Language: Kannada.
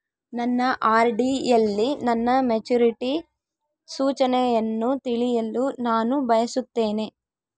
ನನ್ನ ಆರ್.ಡಿ ಯಲ್ಲಿ ನನ್ನ ಮೆಚುರಿಟಿ ಸೂಚನೆಯನ್ನು ತಿಳಿಯಲು ನಾನು ಬಯಸುತ್ತೇನೆ